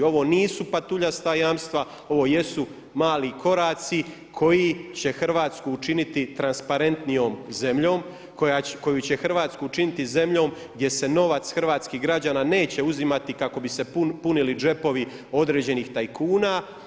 Ovo nisu patuljasta jamstva, ovo jesu mali koraci koji će Hrvatsku učiniti transparentnijom zemljom, koju će Hrvatsku učiniti zemljom gdje se novac hrvatskih građana neće uzimati kako bi se punili džepovi određenih tajkuna.